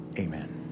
Amen